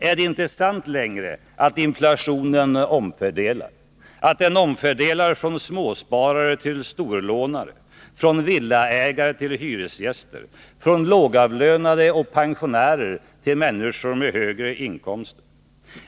Är det inte sant längre att inflationen omfördelar från småsparare till storlånare, från hyresgäster till villaägare, från lågavlönade och pensionärer till människor med högre inkomster?